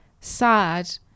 sad